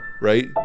right